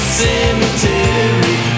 cemetery